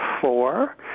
four